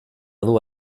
dur